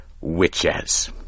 witches